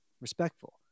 respectful